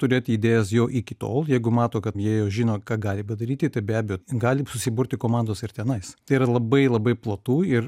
turėti idėjas jau iki tol jeigu mato kad jie jau žino ką gali padaryti tai be abejo gali susiburti komandos ir tenais tai yra labai labai platu ir